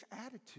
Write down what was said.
attitude